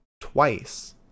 twice